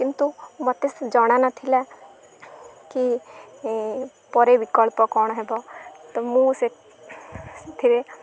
କିନ୍ତୁ ମୋତେ ଜଣା ନଥିଲା କି ପରେ ବିକଳ୍ପ କ'ଣ ହେବ ତ ମୁଁ ସେ ସେଥିରେ